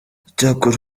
icyakora